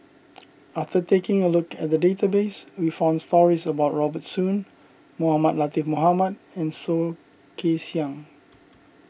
after taking a look at the database we found stories about Robert Soon Mohamed Latiff Mohamed and Soh Kay Siang